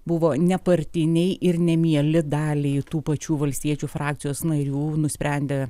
buvo nepartiniai ir nemieli daliai tų pačių valstiečių frakcijos narių nusprendė